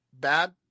bad